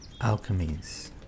alchemies